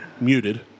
muted